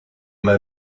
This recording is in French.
m’a